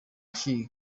cy’iyi